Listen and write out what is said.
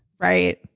Right